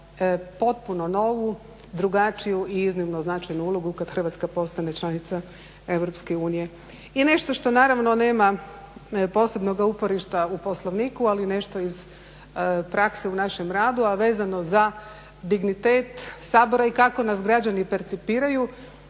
potpuno novu, drugačiju i iznimno značajnu ulogu kad Hrvatska postane članice Europske unije. I nešto što naravno nema posebnog uporišta u Poslovniku, ali nešto iz prakse u našem radu, a vezano za dignitet Sabora i kako nas građani percipiraju,